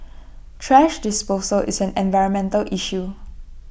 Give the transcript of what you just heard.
thrash disposal is an environmental issue